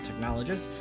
technologist